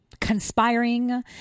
conspiring